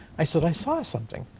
i said, i saw something